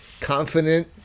confident